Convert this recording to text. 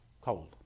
cold